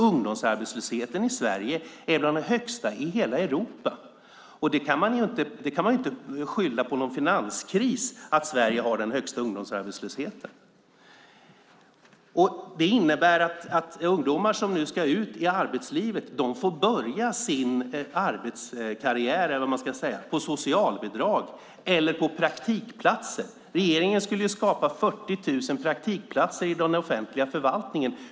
Ungdomsarbetslösheten i Sverige är bland de högsta i hela Europa. Man kan inte skylla på någon finanskris att Sverige har den högsta ungdomsarbetslösheten. Det innebär att ungdomar som ska ut i arbetslivet får börja sin karriär, eller vad man ska säga, med socialbidrag eller på praktikplatser. Regeringen skulle ju skapa 40 000 praktikplatser i den offentliga förvaltningen.